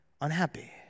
unhappy